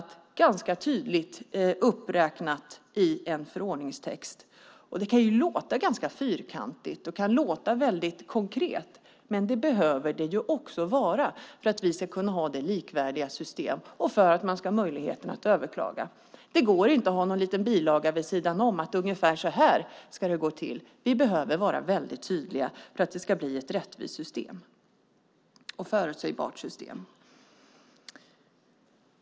Det är ganska tydligt uppräknat i en förordningstext. Det kan låta ganska fyrkantigt och väldigt konkret. Men det behöver det också vara för att vi ska kunna ha ett likvärdigt system och för att man ska ha möjligheten att överklaga. Det går inte att ha någon liten bilaga vid sidan om där det står att ungefär så här ska det gå till. Vi behöver vara tydliga för att det ska bli ett rättvist och förutsägbart system.